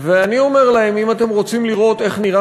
ואני אומר להם: אם אתם רוצים לראות איך נראה